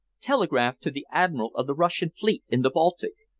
telegraphed to the admiral of the russian fleet in the baltic.